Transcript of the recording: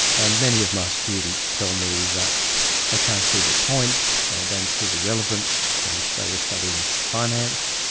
and many of my students tell me that they can't see the point, they don't see the relevance, they wish they were studying finance.